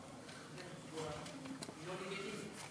לא לגיטימי.